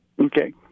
Okay